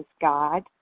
God